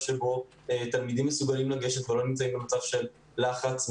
שבו תלמידים מסוגלים לגשת ולא נמצאים במצב של לחץ,